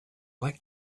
like